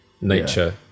nature